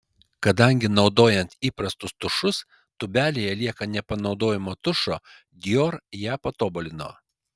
kadangi naudojant įprastus tušus tūbelėje lieka nepanaudojamo tušo dior ją patobulino